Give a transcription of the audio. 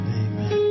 amen